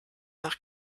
nach